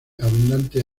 abundante